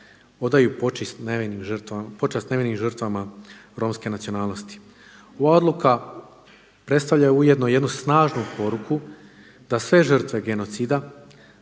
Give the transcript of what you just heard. odaju počast nevinim žrtvama Romske nacionalnosti. Ova odluka predstavlja ujedno jednu snažnu poruku da sve žrtve genocida